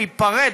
להיפרד,